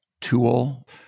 tool